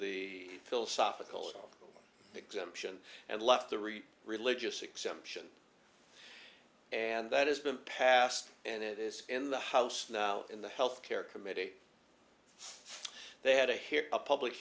the philosophical exemption and left to read religious exemption and that has been passed and it is in the house now in the health care committee they had a here a public